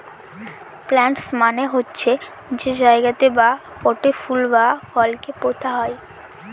planters মানে হচ্ছে যে জায়গাতে বা পটে ফুল বা ফলকে পোতা হয়